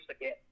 again